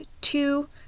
two